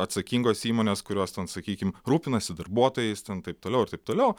atsakingos įmonės kurios ten sakykim rūpinasi darbuotojais ten taip toliau ir taip toliau